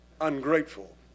Ungrateful